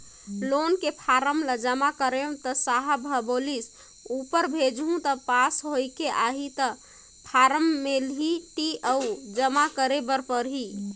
loan के form ल जमा करेंव त साहब ह बोलिस ऊपर भेजहूँ त पास होयके आही त फारमेलटी अउ जमा करे बर परही